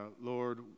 Lord